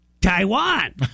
Taiwan